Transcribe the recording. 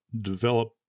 develop